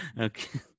okay